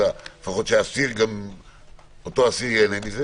אז לפחות שאותו אסיר ייהנה מזה.